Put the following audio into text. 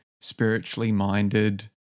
spiritually-minded